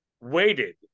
waited